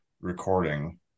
recording